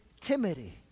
timidity